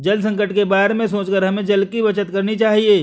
जल संकट के बारे में सोचकर हमें जल की बचत करनी चाहिए